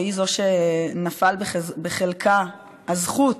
או היא שנפלה בחלקה הזכות